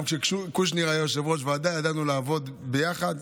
גם כשקושניר היה יושב-ראש ועדה ידענו לעבוד יחד,